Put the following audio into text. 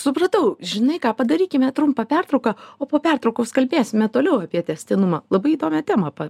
supratau žinai ką padarykime trumpą pertrauką o po pertraukos kalbėsime toliau apie tęstinumą labai įdomią temą